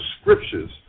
scriptures